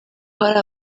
hari